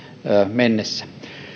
mennessä